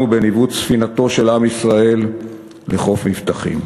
בניווט ספינתו של עם ישראל לחוף מבטחים.